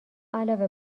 علاوه